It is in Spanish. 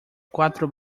cuatro